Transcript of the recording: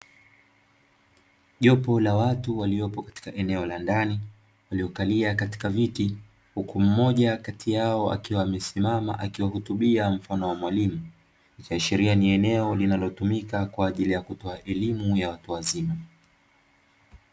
Jopo la watu waliopo katika eneo la ndani, waliokalia katika viti, huku mmoja kati yao akiwa amesimama akuwahutubia mfano wa mwalimu, ikiashiria ni eneo linalotumika kwa ajili ya kutoa elimu ya watu wazima.